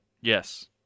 Yes